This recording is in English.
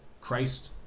Christ